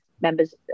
members